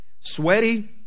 sweaty